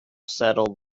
settled